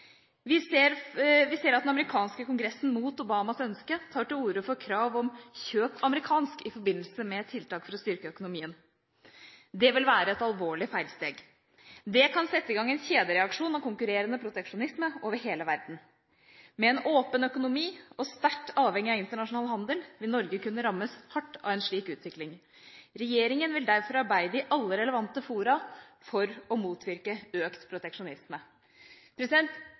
Vi ser at den amerikanske kongressen, mot Obamas ønske, tar til orde for krav om å kjøpe amerikansk i forbindelse med tiltak for å styrke økonomien. Det vil være et alvorlig feilsteg. Det kan sette i gang en kjedereaksjon av konkurrerende proteksjonisme over hele verden. Med en åpen økonomi og sterkt avhengig av internasjonal handel vil Norge kunne rammes hardt av en slik utvikling. «Regjeringen vil derfor arbeide i alle relevante fora for å motvirke økt proteksjonisme.»